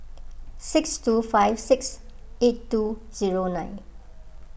six two five six eight two zero nine